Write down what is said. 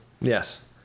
Yes